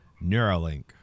Neuralink